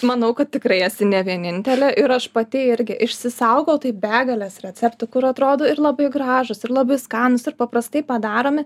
manau kad tikrai esi ne vienintelė ir aš pati irgi išsisaugau tai begales receptų kur atrodo ir labai gražūs ir labai skanūs ir paprastai padaromi